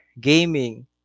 gaming